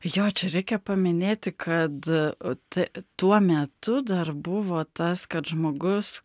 jo čia reikia paminėti kad tuo metu dar buvo tas kad žmogus